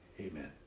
Amen